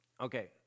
Okay